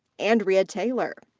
andrea taylor.